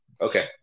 Okay